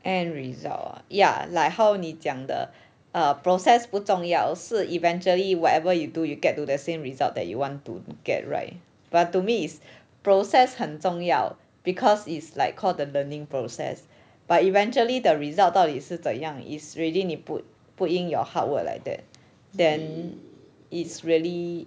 end result ah ya like how 你讲的 err process 不重要是 eventually whatever you do you get to that same result that you want to get right but to me is process 很重要 because it's like call the learning process but eventually the result 到底是怎样 is really 你 you put put in your hard work like that then it's really